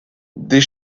des